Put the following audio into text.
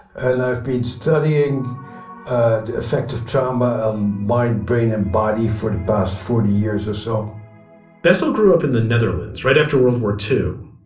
and i've been studying the effect of trauma on my brain and body for the past forty years or so bessel grew up in the netherlands right after world war two,